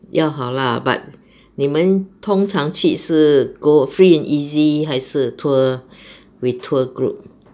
要好 lah but 你们通常去是 go free and easy 还是 tour with tour group